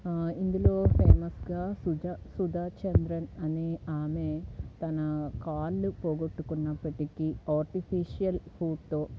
ఇందులో ఫేమస్గా సుధా సుధా చంద్రన్ అనే ఆమె తన కాళ్ళు పోగొట్టుకున్నప్పటికీ ఆర్టిఫిషల్ ఫూట్తో